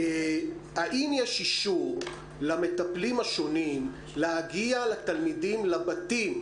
האם יש אישור למטפלים השונים להגיע לתלמידים לבתים?